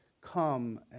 come